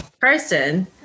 person